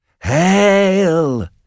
Hail